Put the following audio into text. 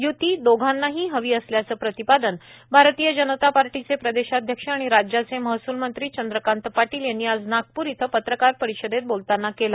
य्ती दोघांनाही हवी असल्याचं प्रतिपादन भारतीय जनता पार्टीचे प्रदेशाध्यक्ष आणि राज्याचे महसूल मंत्री चंद्रकांत पाटील यांनी आज नागपूर इथं पत्रकार परिषदेत बोलताना केलं